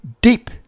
deep